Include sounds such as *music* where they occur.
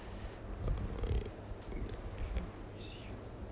*noise*